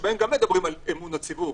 שבהן גם מדברים על אמון הציבור,